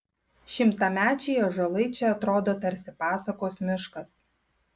šimtamečiai ąžuolai čia atrodo tarsi pasakos miškas